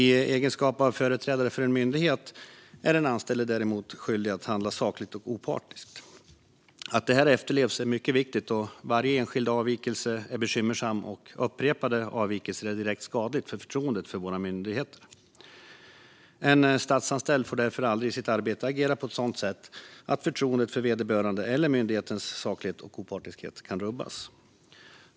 I egenskap av företrädare för en myndighet är den anställde däremot skyldig att handla sakligt och opartiskt. Att detta efterlevs är mycket viktigt då varje enskild avvikelse är bekymmersam och upprepade avvikelser är direkt skadliga för förtroendet för våra myndigheter. En statsanställd får därför aldrig i sitt arbete agera på ett sådant sätt att förtroendet för vederbörande eller för myndighetens saklighet och opartiskhet kan rubbas.